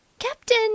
Captain